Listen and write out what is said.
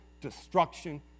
destruction